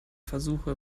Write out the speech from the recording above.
versuche